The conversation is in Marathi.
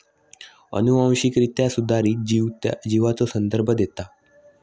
अनुवांशिकरित्या सुधारित जीव त्या जीवाचो संदर्भ देता